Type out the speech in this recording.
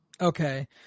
Okay